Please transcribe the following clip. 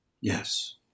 Yes